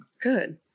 Good